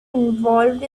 involved